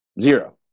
Zero